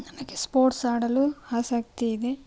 ನಮಗೆ ಸ್ಪೋರ್ಟ್ಸ್ ಆಡಲು ಆಸಕ್ತಿ ಇದೆ